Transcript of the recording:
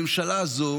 הממשלה הזו